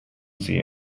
sie